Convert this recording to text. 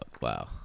Wow